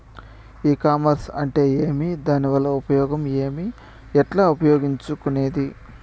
ఈ కామర్స్ అంటే ఏమి దానివల్ల ఉపయోగం ఏమి, ఎట్లా ఉపయోగించుకునేది?